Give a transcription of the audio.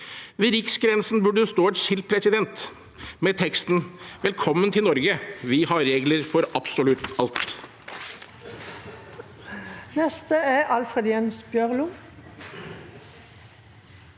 Ved riksgrensen burde det stå et skilt med teksten: «Velkommen til Norge. Vi har regler for absolutt alt.»